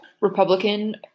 Republican